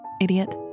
Idiot